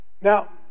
Now